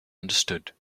understood